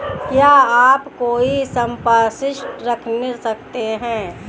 क्या आप कोई संपार्श्विक रख सकते हैं?